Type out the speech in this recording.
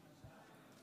בבקשה.